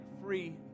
free